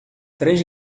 três